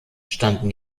standen